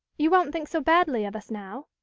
you won't think so badly of us now?